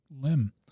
limb